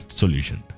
solution